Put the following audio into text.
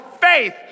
faith